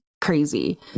crazy